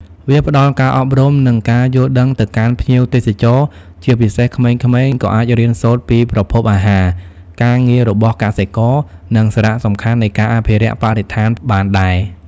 វាផ្តល់ការអប់រំ និងការយល់ដឹងទៅកាន់ភ្ញៀវទេសចរ ជាពិសេសក្មេងៗ ក៏អាចរៀនសូត្រពីប្រភពអាហារ ការងាររបស់កសិករ និងសារៈសំខាន់នៃការអភិរក្សបរិស្ថានបានដែរ ។